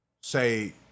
say